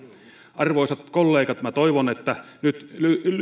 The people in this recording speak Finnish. arvoisat kollegat minä toivon että nyt